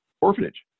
orphanage